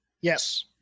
Yes